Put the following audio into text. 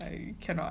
I cannot